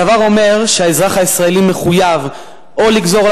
הדבר אומר שהאזרח הישראלי מחויב או לגזור על